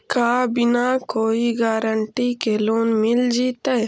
का बिना कोई गारंटी के लोन मिल जीईतै?